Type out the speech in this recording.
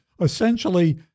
Essentially